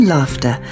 Laughter